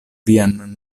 vian